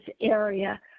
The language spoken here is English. area